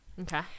Okay